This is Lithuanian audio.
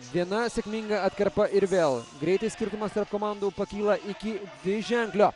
viena sėkminga atkarpa ir vėl greitai skirtumas tarp komandų pakyla iki dviženklio